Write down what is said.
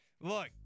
look